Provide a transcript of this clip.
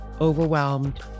overwhelmed